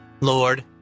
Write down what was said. Lord